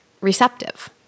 receptive